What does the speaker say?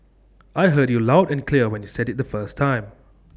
I heard you loud and clear when you said IT the first time